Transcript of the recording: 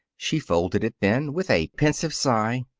she folded it then, with a pensive sigh,